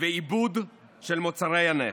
ועיבוד של מוצרי הנפט,